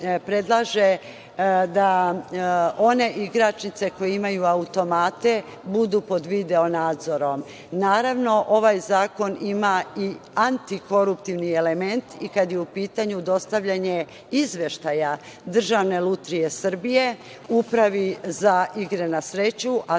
predlaže da one igračnice koje imaju automate budu pod video nadzorom. Naravno, ovaj zakon ima antikoruptivni element i kada je u pitanju dostavljanje izveštaj Državne lutrije Srbije, Upravi za igre na sreću,